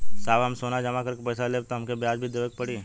साहब हम सोना जमा करके पैसा लेब त हमके ब्याज भी देवे के पड़ी?